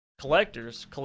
collectors